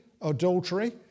adultery